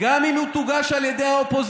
"גם אם היא תוגש על ידי האופוזיציה".